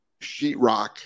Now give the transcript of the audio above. sheetrock